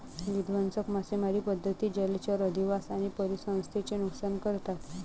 विध्वंसक मासेमारी पद्धती जलचर अधिवास आणि परिसंस्थेचे नुकसान करतात